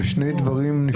אלה שני דברים נפרדים.